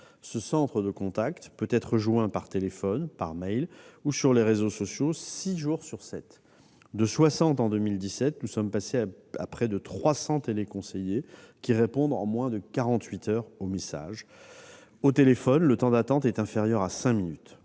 Ce centre de contact peut être joint par téléphone, par courriel ou sur les réseaux sociaux, 6 jours sur 7. De 60, en 2017, nous sommes passés à près de 300 téléconseillers, qui répondent en moins de 48 heures aux messages. Au téléphone, le temps d'attente est inférieur à 5 minutes.